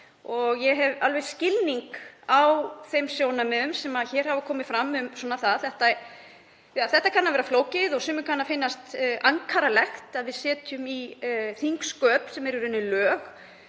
Ég hef alveg skilning á þeim sjónarmiðum sem hér hafa komið fram um þetta. Þetta kann að vera flókið og sumum kann að finnast ankannalegt að við setjum í þingsköp, sem eru í raun lög,